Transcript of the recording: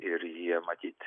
ir jie matyt